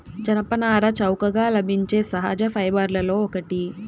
జనపనార చౌకగా లభించే సహజ ఫైబర్లలో ఒకటి